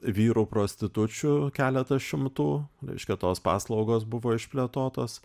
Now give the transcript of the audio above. vyrų prostitučių keletas šimtų reiškia tos paslaugos buvo išplėtotos